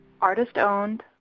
artist-owned